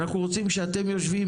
אנחנו רוצים שכשאתם יושבים